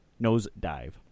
Nosedive